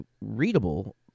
readable